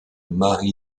mary